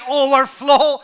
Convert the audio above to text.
overflow